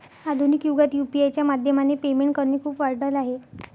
आधुनिक युगात यु.पी.आय च्या माध्यमाने पेमेंट करणे खूप वाढल आहे